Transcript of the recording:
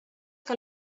que